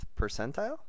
percentile